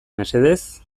mesedez